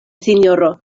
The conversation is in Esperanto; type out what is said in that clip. sinjoro